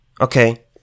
Okay